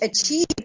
achieve